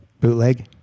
Bootleg